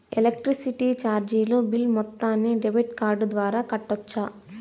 Electricity చార్జీలు bill మొత్తాన్ని debit card ద్వారా కట్టొచ్చా?